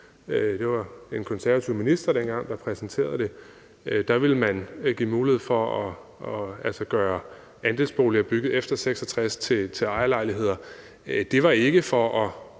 det var en konservativ minister, der dengang præsenterede det – hvor man ville give mulighed for at gøre andelsboliger bygget efter 1966 til ejerlejligheder. Det var ikke for at